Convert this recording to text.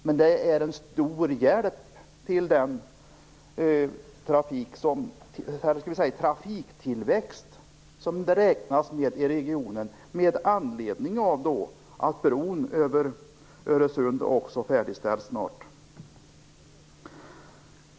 Men det är en stor hjälp med tanke på den trafiktillväxt som det räknas med i regionen med anledning av att bron över Öresund också färdigställs snart.